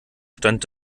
stand